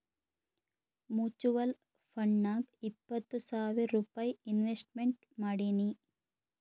mutual ಫಂಡ್ನಾಗ್ ಇಪ್ಪತ್ತು ಸಾವಿರ್ ರೂಪೈ ಇನ್ವೆಸ್ಟ್ಮೆಂಟ್ ಮಾಡೀನಿ